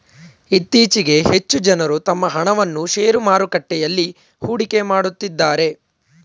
ಇತ್ತೀಚೆಗೆ ಹೆಚ್ಚು ಜನರು ತಮ್ಮ ಹಣವನ್ನು ಶೇರು ಮಾರುಕಟ್ಟೆಯಲ್ಲಿ ಹೂಡಿಕೆ ಮಾಡುತ್ತಿದ್ದಾರೆ